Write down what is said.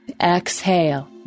Exhale